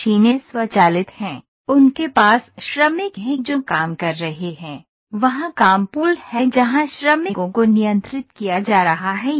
मशीनें स्वचालित हैं उनके पास श्रमिक हैं जो काम कर रहे हैं वहां काम पूल है जहां श्रमिकों को नियंत्रित किया जा रहा है